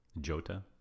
Jota